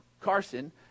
carson